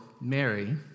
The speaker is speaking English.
Mary